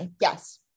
yes